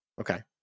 Okay